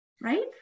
Right